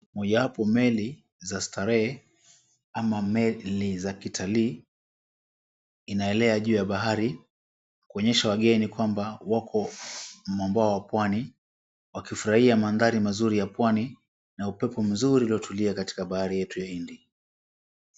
Mojapo meli za starehe ama meli za kitalii, inaelea juu ya bahari kuonyesha wageni kwamba wako mwambao wa Pwani wakifurahia mandhari mazuri ya Pwani na upepo mzuri uliotulia katika bahari yetu ya Hindi.